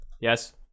Yes